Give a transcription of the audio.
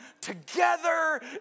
together